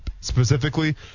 specifically